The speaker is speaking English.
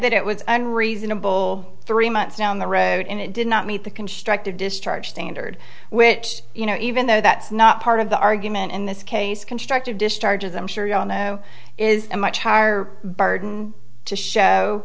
that it was unreasonable three months down the road and it did not meet the constructive discharge standard which you know even though that's not part of the argument in this case constructive discharge as i'm sure you all know is a much higher burden to show